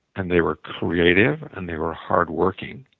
and they were creative, and they were hard working.